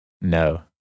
No